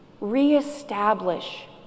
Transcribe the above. reestablish